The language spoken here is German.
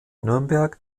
nürnberg